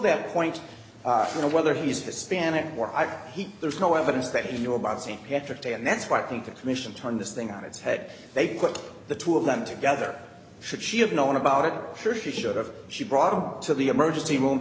that point you know whether he's hispanic or i he there's no evidence that he knew about st patrick's day and that's why i think the commission turn this thing on its head they put the two of them together should she have known about it sure she should have she brought to the emergency room